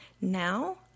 now